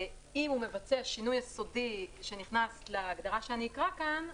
ואם הוא מבצע שינוי יסודי שנכנס להגדרה שאני אקרא כאן,